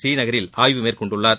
ஸ்ரீநகரில் ஆய்வு மேற்கொண்டுள்ளார்